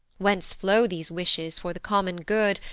whence flow these wishes for the common good,